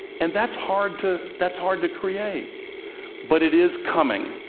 and that's hard to that's hard to create but it is coming.